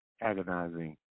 agonizing